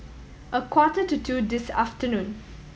a quarter to two this afternoon